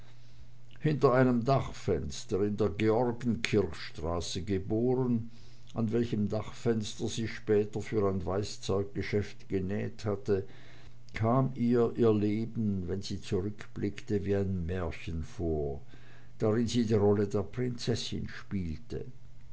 hinter einem dachfenster in der georgenkirchstraße geboren an welchem dachfenster sie später für ein weißzeuggeschäft genäht hatte kam ihr ihr leben wenn sie rückblickte wie ein märchen vor drin sie die rolle der prinzessin spielte